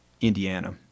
indiana